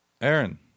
Aaron